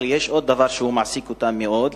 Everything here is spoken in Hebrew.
אבל יש עוד דבר שמעסיק אותם מאוד,